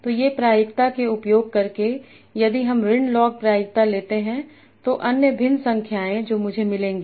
तो ये प्रायिकता से उपयोग करके यदि हम ऋण लॉग प्रायिकता लेते हैं तो अन्य भिन्न संख्याएँ जो मुझे मिलेंगी